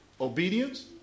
obedience